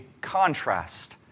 contrast